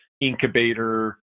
incubator